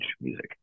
music